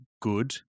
good